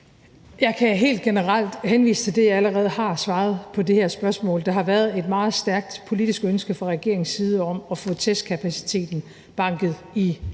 Jeg kan helt generelt henvise til det, jeg allerede har svaret på det her spørgsmål. Der har været et meget stærkt politisk ønske fra regeringens side om at få testkapaciteten banket i